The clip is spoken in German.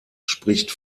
spricht